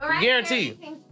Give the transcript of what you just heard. Guarantee